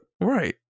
right